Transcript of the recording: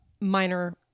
minor